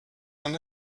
man